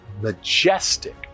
majestic